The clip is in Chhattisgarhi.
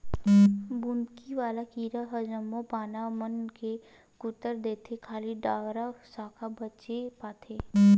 बुंदकी वाला कीरा ह जम्मो पाना मन ल कुतर देथे खाली डारा साखा बचे पाथे